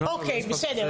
אוקי, בסדר.